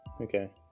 Okay